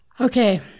Okay